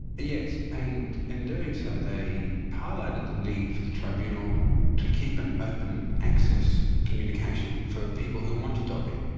yes, and in doing so, they highlighted the need for the tribunal to keep an open access communication for people who want to dob in.